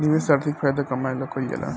निवेश आर्थिक फायदा कमाए ला कइल जाला